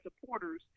supporters